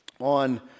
on